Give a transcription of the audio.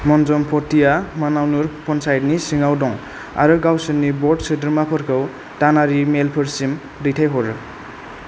मन्जमपट्टीया मानावनूर पन्चायतनि सिङाव दं आरो गावसोरनि बर्ड सोद्रोमाफोरखौ दानारि मेलफोरसिम दैथायहरो